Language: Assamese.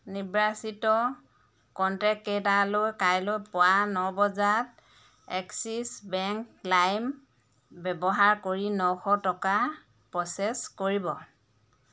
নিৰ্বাচিত কনটেক্টকেইটালৈ কাইলৈ পুৱা ন বজাত এক্সিছ বেংক লাইম ব্যৱহাৰ কৰি নশ টকা প্ৰ'চেছ কৰিব